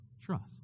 trust